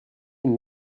une